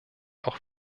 auch